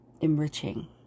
enriching